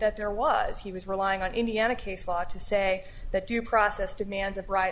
that there was he was relying on indiana case law to say that due process demands a bright